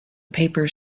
papers